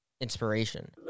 inspiration